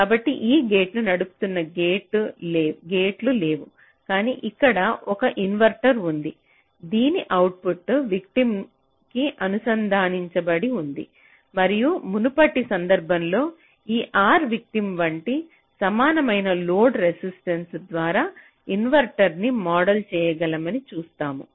కాబట్టి ఈ గేట్ను నడుపుతున్న గేట్లు లేవు కాని ఇక్కడ ఒక ఇన్వర్టర్ ఉందని దీని అవుట్పుట్ విటిమ్ కి అనుసంధానించబడి ఉంది మరియు మునుపటి సందర్భంలో ఈ R విటిమ్ వంటి సమానమైన లోడ్ రెసిస్టెన్స ద్వారా ఇన్వర్టర్ ని మోడల్ చేయగలమని చెప్పాము